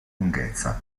lunghezza